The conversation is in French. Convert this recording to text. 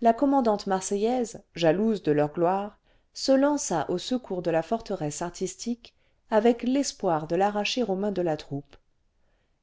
la commandante marseillaise jalouse de leur gloire se lança au secours de la forteresse artistique avec l'espoir cle l'arracher aux mains cle la troupe